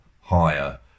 higher